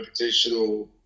computational